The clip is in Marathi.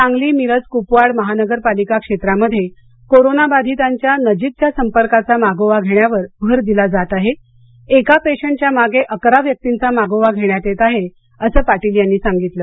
सांगली मिरज कुपवाड महानगरपालिका क्षेत्रामध्ये कोरोनाबाधितांच्या नजीकच्या संपर्काचा मागोवा घेण्यावर भर दिला जात आहे एका पेशंटच्या मागे अकरा व्यक्तींचा मागोवा घेण्यात येत आहे असं पाटील यांनी सांगितलं